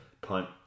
punt